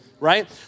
Right